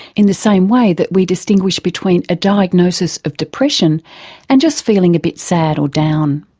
in the same way that we distinguish between a diagnosis of depression and just feeling a bit sad or down.